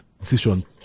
decision